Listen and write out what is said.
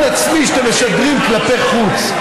ביטחון עצמי שאתם משדרים כלפי חוץ.